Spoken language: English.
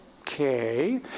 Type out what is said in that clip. Okay